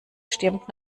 stirbt